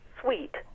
sweet